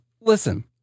Listen